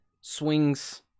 swings